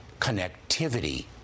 connectivity